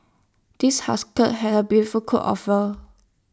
this have beautiful coat of fur